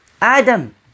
Adam